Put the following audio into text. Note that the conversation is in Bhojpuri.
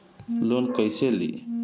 लोन कईसे ली?